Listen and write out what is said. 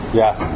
yes